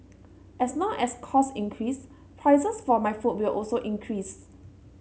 as long as cost increase prices for my food will also increase